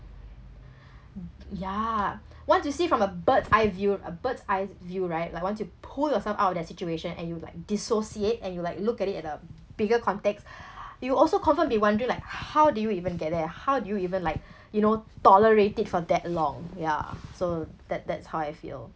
ya once you see from a bird's eye view a bird's eyes view right like once to pull yourself out of the situation and you like dissociate and you like look at it at a bigger context you will also confirm be wondering like how did you even get there how did you even like you know tolerate it for that long ya so that that's how I feel